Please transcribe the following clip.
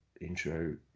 intro